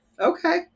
Okay